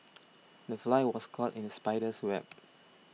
the fly was caught in the spider's web